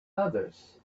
others